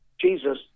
Jesus